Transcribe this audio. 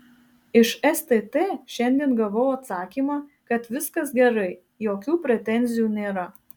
iš stt šiandien gavau atsakymą kad viskas gerai jokių pretenzijų nėra